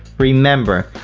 remember,